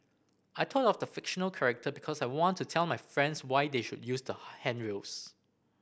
I thought of the fictional character because I want to tell my friends why they should use the handrails